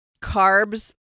Carbs